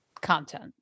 content